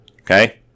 Okay